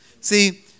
See